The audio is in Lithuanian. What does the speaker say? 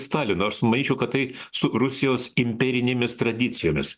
stalinu aš manyčiau kad tai su rusijos imperinėmis tradicijomis